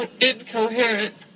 incoherent